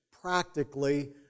practically